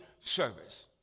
service